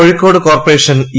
Kozhikode corporation E